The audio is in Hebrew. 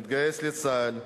מתגייס לצה"ל,